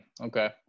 Okay